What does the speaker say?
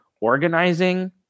organizing